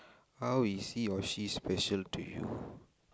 how is he or she special to you